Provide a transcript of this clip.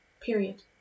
period